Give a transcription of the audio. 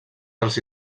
dels